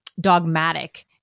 dogmatic